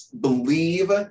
believe